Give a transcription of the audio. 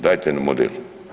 Dajte mi model.